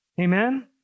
Amen